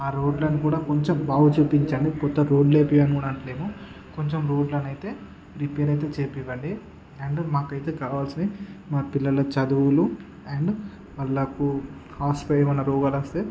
ఆ రోడ్లను కూడా కొంచెం బాగుచేయిపించండి కొత్త రోడ్లు వేపియడం అనలేము కొంచెం రోడ్లనైతే రిపేర్ అయితే చేపియండి అండ్ మాకైతే కావాల్సినవి మా పిల్లల చదువులు అండ్ వాళ్ళకు హాస్పే ఏమైనా రోగాలొస్తే